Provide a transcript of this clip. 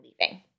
leaving